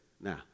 Now